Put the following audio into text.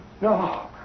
No